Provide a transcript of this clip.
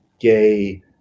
gay